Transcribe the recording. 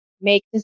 make